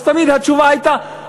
אז תמיד התשובה הייתה: